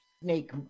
snake